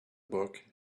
book